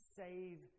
save